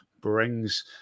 brings